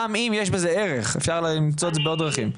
גם אם יש בזה ערך, אפשר למצוא את זה בעוד דרכים.